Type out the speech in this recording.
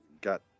got